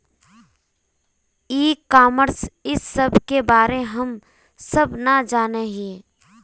E commerce इस सब के बारे हम सब ना जाने हीये?